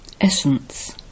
Essence